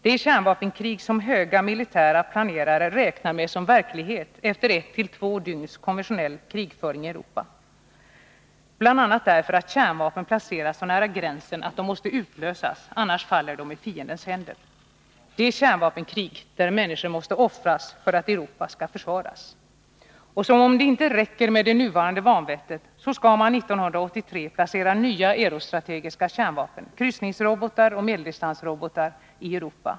Det kärnvapenkrig som höga militära planerare räknar med som verklighet efter ett till två dygns konventionell krigföring i Europa — bl.a. därför att kärnvapnen placerats så nära gränsen att de måste utlösas, annars faller de i fiendens händer. Det kärnvapenkrig där människorna måste offras för att Europa skall ”försvaras”. Som om det inte räcker med det nuvarande vanvettet skall man 1983 placera nya eurostrategiska kärnvapen, kryssningsrobotar och medeldistansrobotar i Europa.